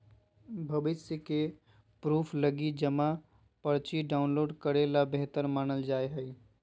भविष्य के प्रूफ लगी जमा पर्ची डाउनलोड करे ल बेहतर मानल जा हय